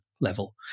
level